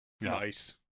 Nice